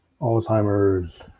Alzheimer's